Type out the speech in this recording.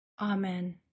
amen